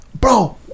bro